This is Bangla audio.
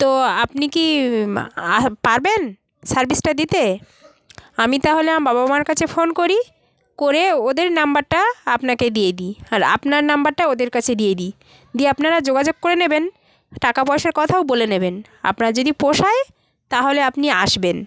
তো আপনি কি পারবেন সার্ভিসটা দিতে আমি তাহলে আমার বাবা মার কাছে ফোন করি করে ওদের নাম্বারটা আপনাকে দিয়ে দিই আর আপনার নাম্বারটা ওদের কাছে দিয়ে দিই দিয়ে আপনারা যোগাযোগ করে নেবেন টাকা পয়সার কথাও বলে নেবেন আপনার যদি পোষায় তাহলে আপনি আসবেন